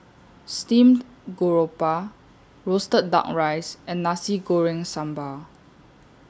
Steamed Garoupa Roasted Duck Rice and Nasi Goreng Sambal